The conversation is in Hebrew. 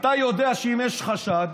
אתה יודע שאם יש חשד,